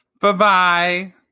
Bye-bye